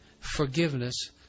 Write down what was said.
forgiveness